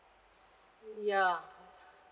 ya